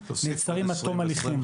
נעצרים עד תום הליכים.